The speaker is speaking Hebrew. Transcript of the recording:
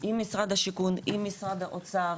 עם משרד השיכון, עם משרד האוצר